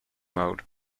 mode